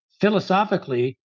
philosophically